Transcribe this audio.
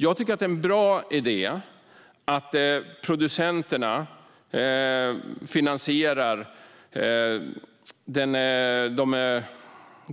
Jag tycker att det är en bra idé att producenterna finansierar